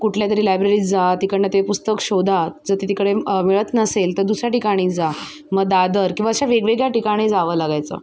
कुठल्यातरी लायब्ररीत जा तिकडनं ते पुस्तक शोधा जर ते तिकडे मिळत नसेल तर दुसऱ्या ठिकाणी जा मग दादर किंवा अशा वेगवेगळ्या ठिकाणी जावं लागायचं